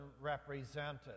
represented